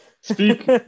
speak